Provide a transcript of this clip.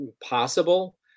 possible